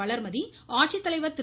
வளர்மதி ஆட்சித்தலைவர் திரு